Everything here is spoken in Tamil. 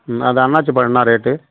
அது அன்னாச்சிப்பழம் என்ன ரேட்டு